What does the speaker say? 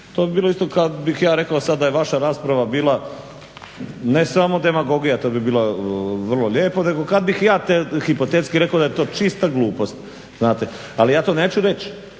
To bi bilo isto kad bih ja rekao sada da je vaša rasprava bila, ne samo demagogija, to bi bila vrlo lijepo, nego kad bih ja hipotetski rekao da je to čista glupost, znate. Ali ja to neću reć,